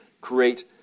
create